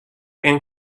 and